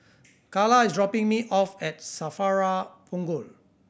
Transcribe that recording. Calla is dropping me off at SAFRA Punggol